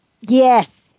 Yes